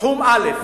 תחום א',